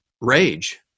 rage